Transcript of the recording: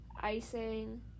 icing